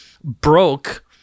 broke